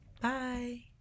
Bye